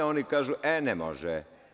Oni kažu ne može.